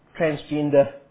transgender